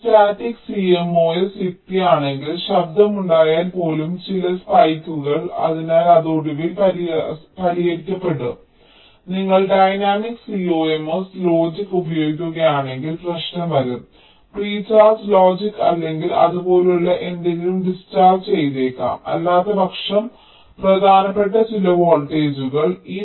ഇത് ഒരു static CMOS യുക്തി ആണെങ്കിൽ ശബ്ദമുണ്ടായാൽ പോലും ചില സ്പൈക്കുകൾ അതിനാൽ അത് ഒടുവിൽ പരിഹരിക്കപ്പെടും നിങ്ങൾ ഡൈനാമിക് CMOS ലോജിക് ഉപയോഗിക്കുകയാണെങ്കിൽ പ്രശ്നം വരും പ്രീ ചാർജ് ലോജിക് അല്ലെങ്കിൽ അതുപോലുള്ള എന്തെങ്കിലും ഡിസ്ചാർജ് ചെയ്തേക്കാം അല്ലാത്തപക്ഷം പ്രധാനപ്പെട്ട ചില വോൾട്ടേജുകൾ